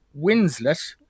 Winslet